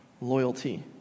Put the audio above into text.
loyalty